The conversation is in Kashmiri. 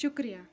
شُکریہ